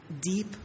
deep